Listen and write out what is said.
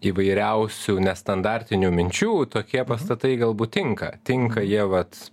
įvairiausių nestandartinių minčių tokie pastatai galbūt tinka tinka jie vat